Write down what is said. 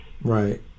Right